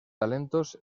talentos